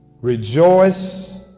rejoice